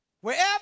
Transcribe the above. wherever